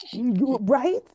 right